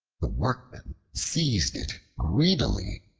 the workman seized it greedily,